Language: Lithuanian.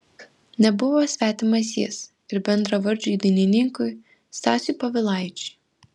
nebuvo svetimas jis ir bendravardžiui dainininkui stasiui povilaičiui